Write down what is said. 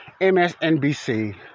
MSNBC